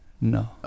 No